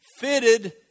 Fitted